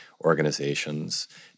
organizations